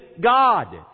God